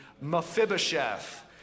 Mephibosheth